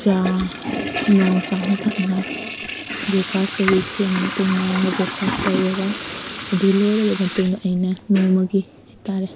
ꯆꯥ ꯅꯨꯡ ꯆꯥꯁꯤ ꯊꯛꯅꯤꯉꯥꯏ ꯕꯔꯦꯛ ꯐꯥꯁ ꯀꯩꯀꯩ ꯁꯦꯝꯃ ꯃꯇꯨꯡ ꯃꯌꯥꯝꯒ ꯕꯔꯦꯛ ꯐꯥꯁ ꯇꯧꯔꯒ ꯑꯗꯨ ꯂꯣꯏꯔꯕ ꯃꯇꯨꯡꯗ ꯑꯩꯅ ꯅꯣꯡꯃꯒꯤ ꯍꯥꯏꯇꯥꯔꯦ